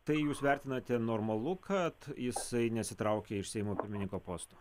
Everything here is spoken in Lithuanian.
tai jūs vertinate normalu kad jisai nesitraukia iš seimo pirmininko posto